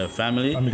family